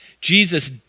Jesus